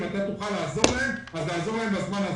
אם תוכל תעזור להם בזמן הזה.